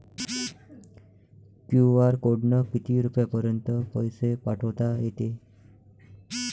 QR कोडनं किती रुपयापर्यंत पैसे पाठोता येते?